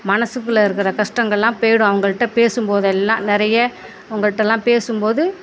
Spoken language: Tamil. மனசுக்குள்ளே இருக்கிற கஷ்டங்கள் எல்லாம் போயிடும் அவங்கள்கிட்ட பேசும் போதே எல்லாம் நிறைய அவங்கள்கிட்ட எல்லாம் பேசும் போது